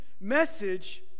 message